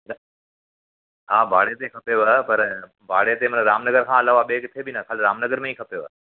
हा भाड़े ते खपेव पर भाड़े ते माना रामनगर खां अलावा ॿिए किते बि न खाली रामनगर में ई खपेव